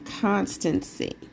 constancy